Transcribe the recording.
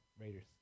Raiders